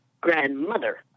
grandmother